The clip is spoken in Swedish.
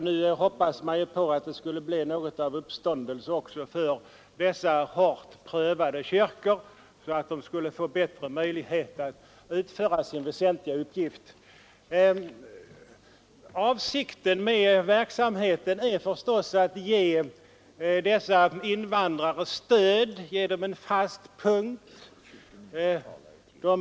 Nu hoppas man att det skulle bli något av en uppståndelse också för dessa hårt prövade kyrkor, så att de skulle få bättre möjligheter att utföra sin väsentliga uppgift. Avsikten med dessa kyrkors verksamhet är förstås att ge invandrarna stöd genom att tjäna som en fast punkt för dem.